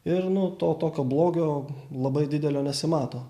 ir nu to tokio blogio labai didelio nesimato